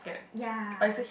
ya